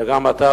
וגם אתה,